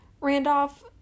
Randolph